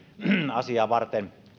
asiaa varten